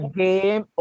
game